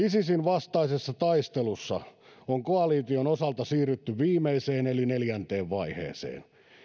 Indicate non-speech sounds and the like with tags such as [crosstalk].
[unintelligible] isisin vastaisessa taistelussa on koalition osalta siirrytty viimeiseen eli neljänteen vaiheeseen